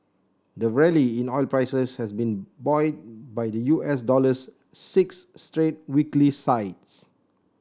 the rally in oil prices has been buoyed by the U S dollar's six straight weekly sides